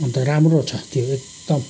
अन्त राम्रो छ त्यो एकदम